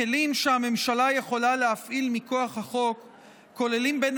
הכלים שהממשלה יכולה להפעיל מכוח החוק כוללים בין